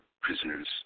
prisoners